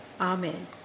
Amen